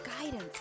guidance